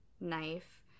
knife